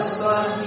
sun